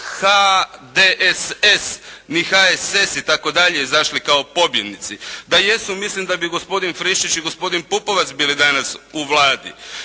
HDSS ni HSS itd. izašli kao pobjednici, da jesu mislim da bi gospodin Friščić i gospodin Pupovac bili danas u Vladi.